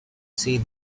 see